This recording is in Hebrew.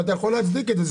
אבל אתה יכול להצדיק את זה,